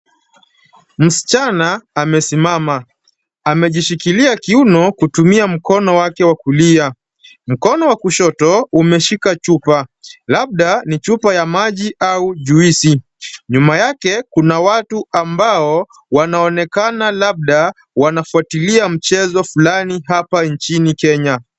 Msichana amesimama. Amejishikilia kiuno kutumia mkono wake wa kulia. Mkono wa kushoto umeshika chupa, labda ni chupa ya maji au juice . Nyuma yake kuna watu ambao wanaonekana, labda wanafuatilia mchezo fulani hapa nchini Kenya.